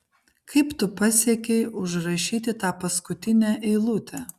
kaip tu pasiekei užrašyti tą paskutinę eilutę